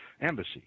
embassy